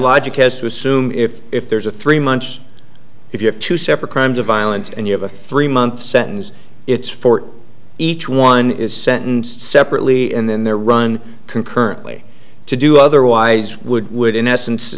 logic has to assume if if there's a three months if you have two separate crimes of violence and you have a three month sentence it's for each one is sentenced separately and then they're run concurrently to do otherwise would would in essence